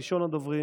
ראשון הדוברים